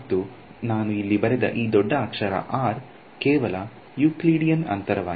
ಮತ್ತು ನಾನು ಇಲ್ಲಿ ಬರೆದ ಈ ದೊಡ್ಡ ಅಕ್ಷರ R ಕೇವಲ ಯೂಕ್ಲಿಡಿಯನ್ ಅಂತರವಾಗಿದೆ